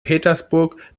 petersburg